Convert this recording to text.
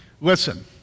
Listen